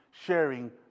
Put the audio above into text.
Sharing